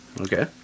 Okay